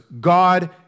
god